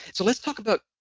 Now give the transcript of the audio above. so let's talk about.